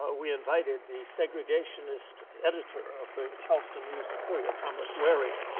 ah we invited the segregationist editor of the charleston news and courier, thomas waring.